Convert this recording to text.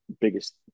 biggest